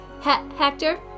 Hector